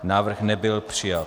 Návrh nebyl přijat.